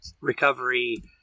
recovery